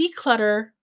declutter